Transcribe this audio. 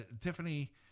Tiffany